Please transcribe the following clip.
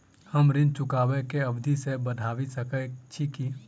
हम ऋण चुकाबै केँ अवधि केँ बढ़ाबी सकैत छी की?